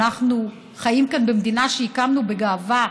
אנחנו חיים כאן במדינה שהקמנו בגאווה.